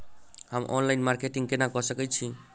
हम online marketing केना कऽ सकैत छी?